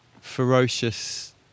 ferocious